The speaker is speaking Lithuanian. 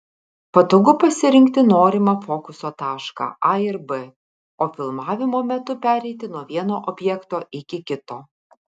patogu pasirinkti norimą fokuso tašką a ir b o filmavimo metu pereiti nuo vieno objekto iki kito